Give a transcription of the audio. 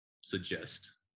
suggest